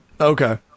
Okay